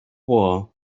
war